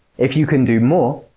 if you can do more,